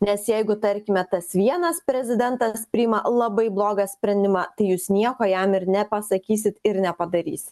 nes jeigu tarkime tas vienas prezidentas priima labai blogą sprendimą tai jūs nieko jam ir nepasakysit ir nepadarysit